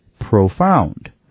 profound